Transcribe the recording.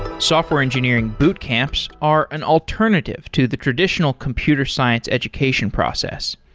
software engineering boot camps are an alternative to the traditional computer science education process.